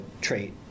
trait